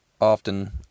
often